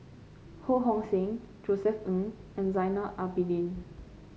Ho Hong Sing Josef Ng and Zainal Abidin